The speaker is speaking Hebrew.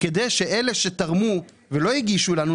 כדי שאלה שתרמו ולא הגישו לנו,